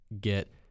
get